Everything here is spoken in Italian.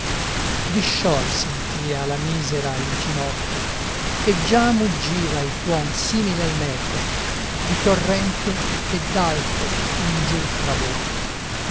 roggia discior sentia la misera i ginocchi e già muggiva il tuon simile al metro di torrente che d'alto in giù trabocchi